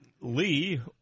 Lee